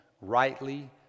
rightly